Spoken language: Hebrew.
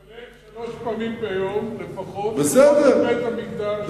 הוא מתפלל שלוש פעמים ביום לפחות לראות בית-המקדש,